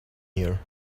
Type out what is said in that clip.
here